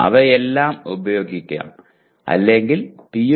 അവയെല്ലാം ഉപയോഗിക്കാം അല്ലെങ്കിൽ PO